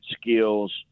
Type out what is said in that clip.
skills